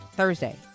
Thursday